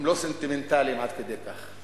הם לא סנטימנטליים עד כדי כך.